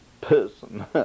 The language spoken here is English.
person